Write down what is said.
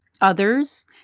others